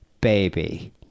Baby